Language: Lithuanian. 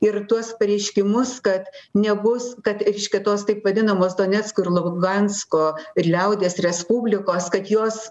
ir tuos pareiškimus kad nebus kad reiškia tos taip vadinamos donecko ir luhansko ir liaudies respublikos kad jos